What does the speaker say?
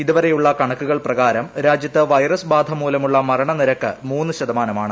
ഇതുവരെയുള്ള കണക്കുകൾ പ്രകാരം രാജ്യത്ത് വൈറസ് ബാധ മൂലമുള്ള മരണനിരക്ക് മൂന്ന് ശതമാനമാണ്